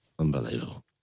Unbelievable